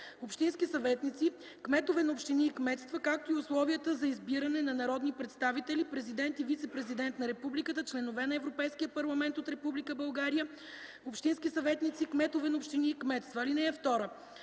общински съветници, кметове на общини и кметства, както и условията за избиране на народни представители, президент и вицепрезидент на републиката, членове на Европейския парламент от Република България, общински съветници, кметове на общини и кметства. (2) С